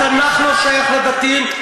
התנ"ך לא שייך לדתיים,